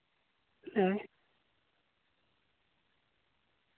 ᱦᱳᱭ